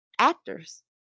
actors